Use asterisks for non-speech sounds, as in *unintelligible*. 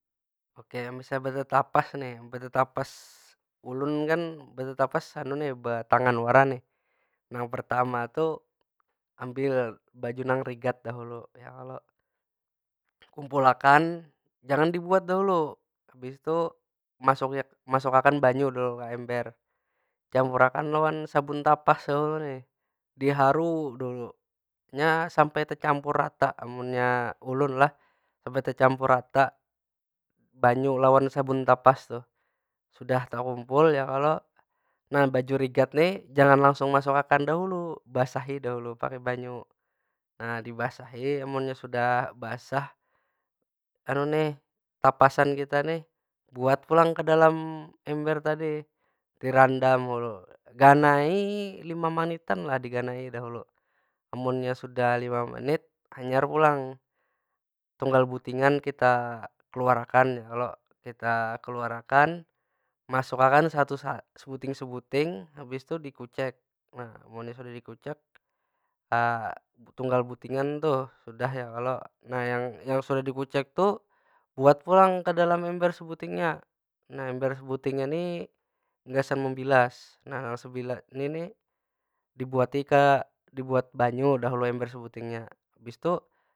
Oke misalnya betetapas nih, betetapas, ulun kan betetapas betangan wara nih. Nang pertama tu, ambil baju nang rigat dahulu ya kalo? Kumpul akan jangan dibuat dahulu. Habis tu, masuki akan banyu dulu ka ember. Campur akan lawan sabun tapas ya kalo ni. Diharu dulu nya sampai tecampur rata amunnya ulun lah, sampai tecampur rata banyu lawan sabun tapas tu. Sudah takumpul ya kalo? Nah baju rigat ni jangan langsung masuk akan dahulu, basahi dahulu lawan banyu. Nah dibasahi, munnya sudah basah *unintelligible* tapasan kita nih, buat pulang ke dalam ember tadi. Dirandam dulu, ganai lima menitan lah diganai dahulu. Amunnya sudah lima menit hanyar pulang tunggal butingan kita keluar akan ya kalo? Kita keluar akan, masuk akan sebuting- sebuting habi tu dikucek. Nah munnya sudah dikucek, *hesitation* tunggal butingan tuh sudah ya kalo? Nah yang- yang sudah dikucek tuh buat pulang ke dalam ember sebutingnya. Nah ember sebutingnya ni, gasan membilas. *unintelligible* dibuati ke, dibuat banyu dahulu ember sebutingnya. Habis tu.